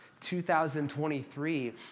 2023